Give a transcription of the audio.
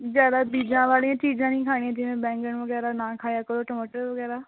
ਜ਼ਿਆਦਾ ਬੀਜਾਂ ਵਾਲੀਆਂ ਚੀਜ਼ਾਂ ਨਹੀਂ ਖਾਣੀਆਂ ਚਾਹੀਦੀਆਂ ਜਿਵੇਂ ਬੈਂਗਣ ਵਗੈਰਾ ਨਾ ਖਾਇਆ ਕਰੋ ਟਮਾਟਰ ਵਗੈਰਾ